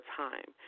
time